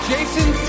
Jason